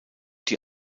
die